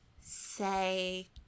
say